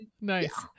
nice